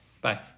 Bye